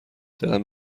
دلم